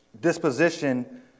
disposition